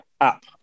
app